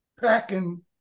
packing